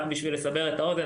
רק בשביל לסבר את האוזן,